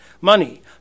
money